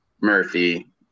Murphy